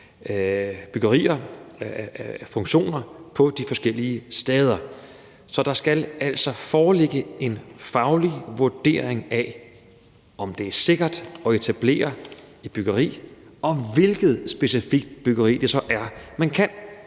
byggerier, funktioner, på de forskellige steder? Så der skal altså foreligge en faglig vurdering af, om det er sikkert at etablere et byggeri, og hvilket specifikt byggeri det så er, man kan